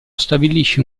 stabilisce